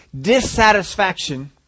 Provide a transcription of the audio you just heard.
Dissatisfaction